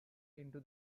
into